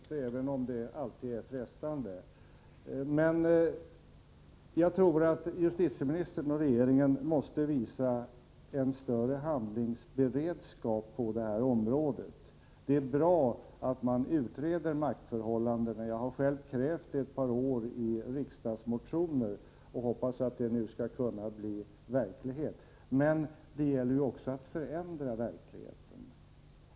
Fru talman! Nej, det kan vi förmodligen inte, även om det är frestande. Men jag tror att justitieministern och regeringen måste visa större handlingsberedskap på detta område. Det är bra att utreda maktförhållandena — det har jag själv krävt i ett par år i riksdagsmotioner, och jag hoppas nu att en sådan genomgång skall bli verklighet — men det gäller också att förändra verkligheten.